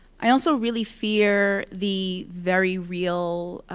i also really fear the very real